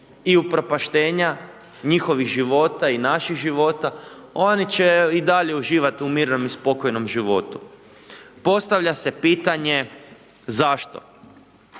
i upropaštenja njihovih života i naših života oni će i dalje uživat u mirnom i spokojnom životu. Postavlja se pitanje zašto?